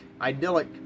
Idyllic